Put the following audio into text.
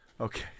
Okay